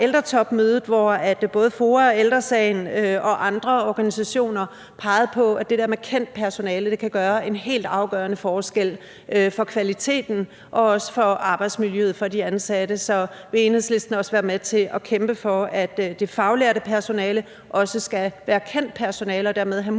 ældretopmødet, hvor både FOA og Ældre Sagen og andre organisationer pegede på, at det der med kendt personale kan gøre en helt afgørende forskel for kvaliteten og også for arbejdsmiljøet for de ansatte. Så vil Enhedslisten også være med til at kæmpe for, at det faglærte personale også skal være kendt personale og dermed have mulighed